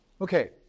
Okay